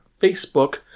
Facebook